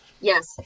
yes